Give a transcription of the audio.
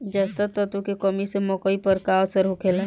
जस्ता तत्व के कमी से मकई पर का असर होखेला?